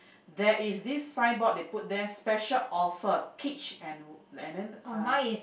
there is this sign board they put there special offer peach and and then uh